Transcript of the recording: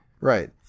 Right